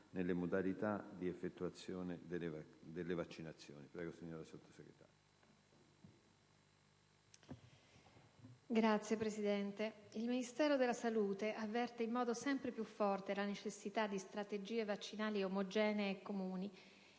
Signor Presidente, il Ministero della salute avverte in modo sempre più forte la necessità di strategie vaccinali omogenee e comuni